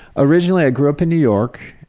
originally, i grew up in new york.